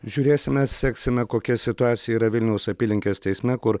žiūrėsime seksime kokia situacija yra vilniaus apylinkės teisme kur